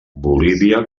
bolívia